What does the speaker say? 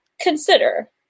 consider